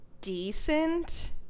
decent